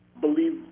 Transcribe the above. believe